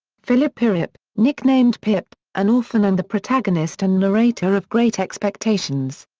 philip pirrip, nicknamed pip, an orphan and the protagonist and narrator of great expectations.